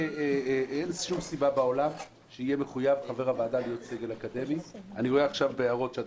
אין שום סיבה בעולם שחבר הוועדה יהיה מחויב להיות סגל אקדמי.